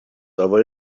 over